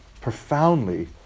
profoundly